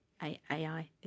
AI